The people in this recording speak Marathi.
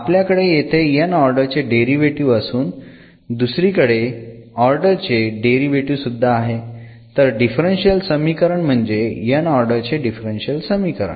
आपल्याकडे येथे n ऑर्डर चे डेरिव्हेटीव्ह असून दुसरे कमी ऑर्डर चे डेरिव्हेटीव्ह सुद्धा आहेत तर डिफरन्शियल समीकरण म्हणजे n ऑर्डर चे डिफरन्शियल समीकरण